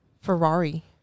Ferrari